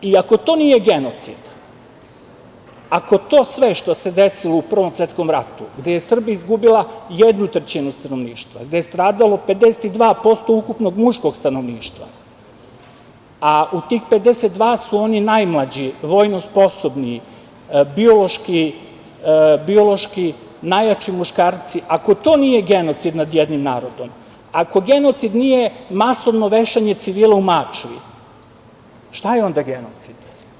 Ako to nije genocid, ako to sve što se desilo u Prvom svetskom ratu gde je Srbija izgubila jednu trećinu stanovništva, gde je stradalo 52% ukupnog muškog stanovništva, a u tih 52% su oni najmlađi vojno sposobni, biološki najjači muškarci, ako to nije genocid nad jednim narodom, ako genocid nije masovno vešanje civila u Mačvi, šta je onda genocid?